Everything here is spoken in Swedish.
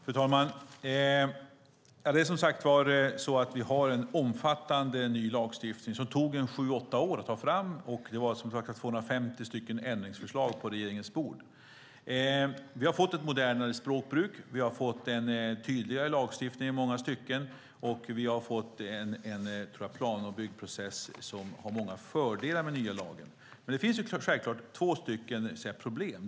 Fru talman! Vi har, som sagt, en omfattande ny lagstiftning som det tog sju åtta år att ta fram. Det var 250 ändringsförslag på regeringens bord. Vi har fått en i många stycken tydligare lagstiftning och ett modernare språkbruk. Vi har fått en plan och byggprocess som har många fördelar. Det finns två problem.